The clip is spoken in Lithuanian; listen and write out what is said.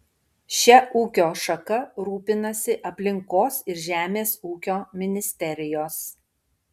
šia ūkio šaka rūpinasi aplinkos ir žemės ūkio ministerijos